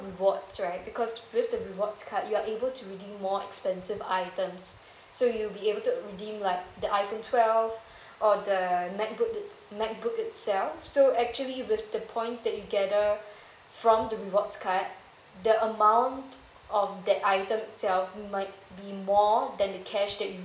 rewards right because with the rewards card you are able to redeem more expensive items so you'll be able to redeem like the iphone twelve or the macbook it~ macbook itself so actually with the points that you gather from the rewards card the amount of that item itself it might be more than the cash that you